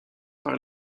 par